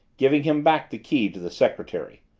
giving him back the key to the secretary.